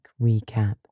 recap